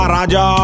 Raja